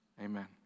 amen